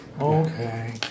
Okay